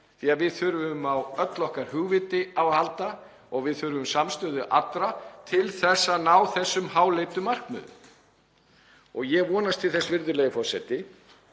því að við þurfum á öllu okkar hugviti að halda og við þurfum samstöðu allra til þess að ná þessum háleitu markmiðum. Ég vonast til þess, virðulegi forseti,